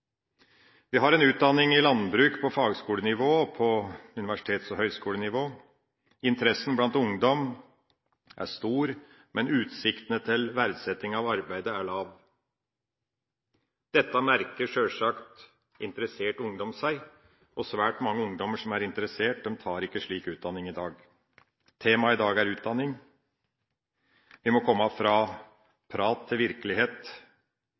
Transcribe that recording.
Vi har utdanning i landbruk på fagskolenivå og på universitets- og høyskolenivå. Interessen blant ungdom er stor, men utsiktene til verdsetting av arbeidet er lave. Dette merker sjølsagt interessert ungdom seg. Svært mange ungdommer som er interessert, tar ikke slik utdanning i dag. Temaet i dag er utdanning. Vi må komme fra prat til virkelighet,